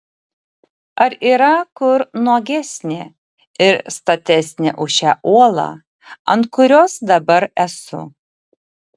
ar yra kur nuogesnė ir statesnė už šią uolą ant kurios dabar esu